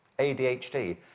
ADHD